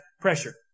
pressure